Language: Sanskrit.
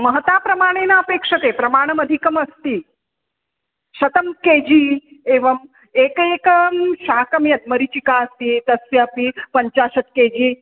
महता प्रमाणेन अपेक्ष्यते प्रमाणमधिकमस्ति शतं के जी एवम् एकैकं शाकं यत् मरीचिका अस्ति तस्यापि पञ्चाशत् के जी